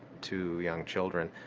two young children,